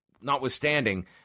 notwithstanding